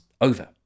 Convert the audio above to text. over